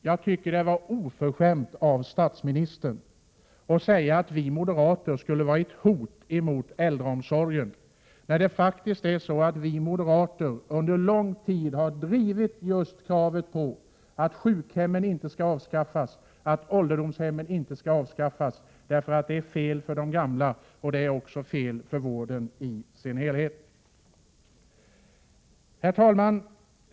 Jag tycker att det var oförskämt av statsministern att påstå att vi moderater utgör ett hot mot äldreomsorgen. Vi moderater har faktiskt under lång tid drivit just kravet på att sjukhemmen och ålderdomshemmen inte skall avskaffas, eftersom det inte är rätt mot de gamla och när det gäller vården i dess helhet. Herr talman!